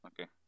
Okay